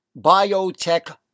biotech